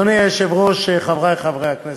אדוני היושב-ראש, חברי חברי הכנסת,